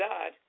God